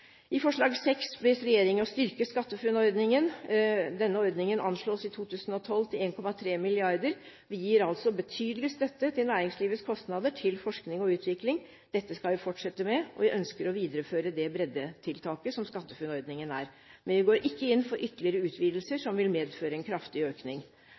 I punkt 6 bes regjeringen om å styrke SkatteFUNN-ordningen. Utgiftene til denne ordningen anslås i 2012 til 1,3 mrd. kr. Vi gir altså betydelig støtte til næringslivets kostnader til forskning og utvikling. Dette skal vi fortsette med, og vi ønsker å videreføre det breddetiltaket som SkatteFUNN-ordningen er. Men vi går ikke inn for ytterligere utvidelser som vil medføre en kraftig økning